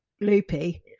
loopy